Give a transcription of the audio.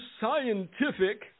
scientific